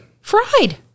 Fried